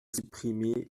supprimer